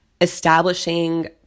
establishing